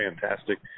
fantastic